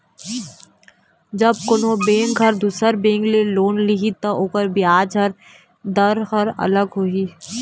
जब कोनो बेंक ह दुसर बेंक ले लोन लिही त ओखर बियाज दर ह अलग होही